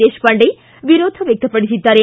ದೇಶಪಾಂಡೆ ವಿರೋಧ ವ್ವಕ್ತಪಡಿಸಿದ್ದಾರೆ